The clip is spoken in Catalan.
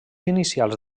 inicials